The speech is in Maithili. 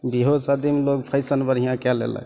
बिआहो शादीमे लोक फैशन बढ़िआँ कै लेलक